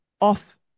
off